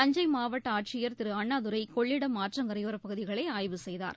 தஞ்சை மாவட்ட ஆட்சியர் திரு அண்ணாதுரை கொள்ளிடம் ஆற்றங்கரையோரப் பகுதிகளை ஆய்வு செய்தார்